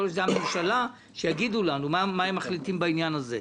יכול להיות שזה יהיה בממשלה והם יגידו לנו מה הם מחליטים בעניין הזה.